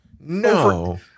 No